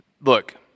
look